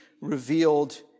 revealed